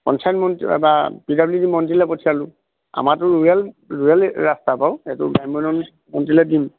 পঞ্চায়ন মন্ত্ৰী বা P W D মন্ত্ৰীলৈ পঠিয়ালোঁ আমাৰাটো ৰুৰেল ৰুৰেল ৰাস্তা বাৰু এইটো গ্ৰাম্যন মন্ত্ৰীলৈ দিম